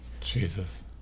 Jesus